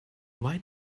why